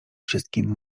wszystkim